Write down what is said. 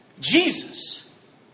Jesus